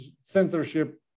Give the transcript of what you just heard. Censorship